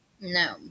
No